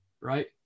right